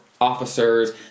officers